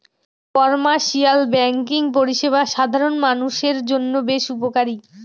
commercial banking পরিষেবা সাধারণ মানুষের জন্য বেশ উপকারী